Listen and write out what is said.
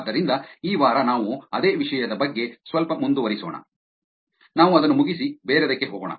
ಆದ್ದರಿಂದ ಈ ವಾರ ನಾವು ಅದೇ ವಿಷಯದ ಬಗ್ಗೆ ಸ್ವಲ್ಪ ಮುಂದುವರಿಸೋಣ ನಾವು ಅದನ್ನು ಮುಗಿಸಿ ಬೇರೆಯದಕ್ಕೆ ಹೋಗೋಣ